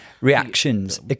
reactions